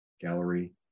gallery